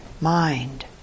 mind